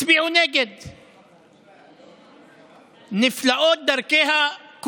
תגיד לי למה.